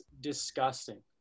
disgusting